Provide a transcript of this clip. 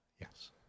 Yes